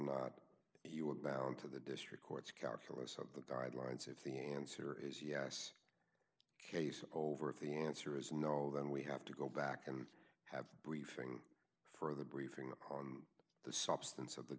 not you were bound to the district court's calculus of the guidelines if the answer is yes case over if the answer is no then we have to go back and have a briefing for the briefing on the substance of the